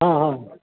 हँ हँ